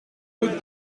route